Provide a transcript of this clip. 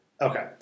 Okay